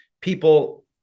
people